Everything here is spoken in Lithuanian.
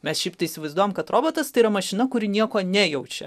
mes šypt įsivaizduojame kad robotas tai yra mašina kuri nieko nejaučiau